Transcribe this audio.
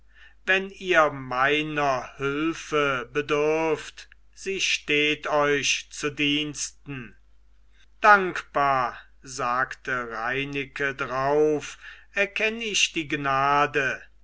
wenn ihr meiner hilfe bedürft sie steht euch zu diensten dankbar sagte reineke drauf erkenn ich die gnade